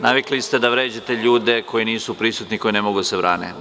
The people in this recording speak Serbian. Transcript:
Navili ste da vređate ljude koji nisu prisutni i koji ne mogu da se brane.